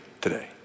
today